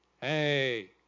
Hey